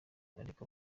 ariko